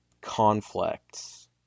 conflicts